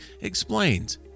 explains